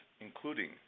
including